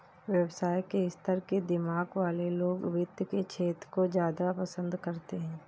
व्यवसाय के स्तर के दिमाग वाले लोग वित्त के क्षेत्र को ज्यादा पसन्द करते हैं